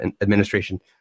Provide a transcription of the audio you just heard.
administration